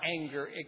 anger